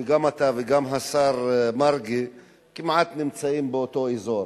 גם אתה וגם השר מרגי נמצאים באותו אזור